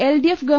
L D F ഗവ